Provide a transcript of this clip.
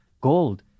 gold